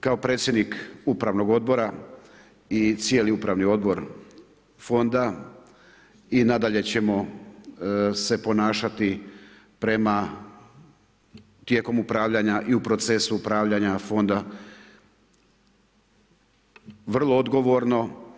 Kao predsjednik upravnog odbora i cijeli upravni odbor fonda i nadalje ćemo se ponašati prema tijekom upravljanja i u procesu upravljanja fonda vrlo odgovorno.